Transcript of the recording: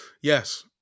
Yes